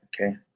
okay